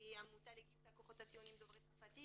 שהיא עמותה לגיוס הכוחות הציונים דוברי צרפתית.